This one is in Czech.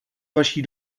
vaší